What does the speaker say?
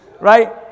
right